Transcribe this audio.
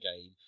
game